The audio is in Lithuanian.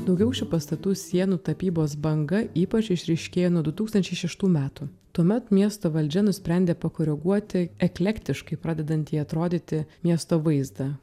daugiau šių pastatų sienų tapybos banga ypač išryškėja nuo du tūkstančiai šeštų metų tuomet miesto valdžia nusprendė pakoreguoti eklektiškai pradedantį atrodyti miesto vaizdą